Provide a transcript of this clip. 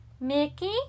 Mickey